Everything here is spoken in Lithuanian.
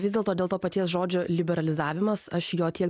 vis dėlto dėl to paties žodžio liberalizavimas aš jo tiek